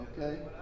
Okay